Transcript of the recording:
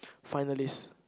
finalist